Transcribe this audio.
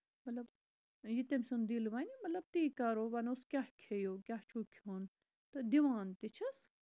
مطلب یہِ تٔمۍ سُند دِل وَنہِ مطلب تہِ کرو وَنوس کیاہ کھٮ۪یو کیاہ چھُو کھٮ۪وٚن تہٕ دِوان تہِ چھِس